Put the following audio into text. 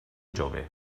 jove